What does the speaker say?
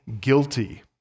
guilty